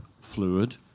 fluid